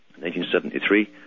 1973